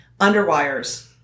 underwires